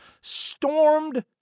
stormed